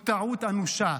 הוא טעות אנושה,